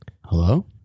Hello